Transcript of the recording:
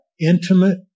intimate